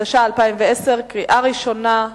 התש"ע 2010, קריאה ראשונה.